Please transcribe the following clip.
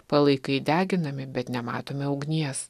palaikai deginami bet nematome ugnies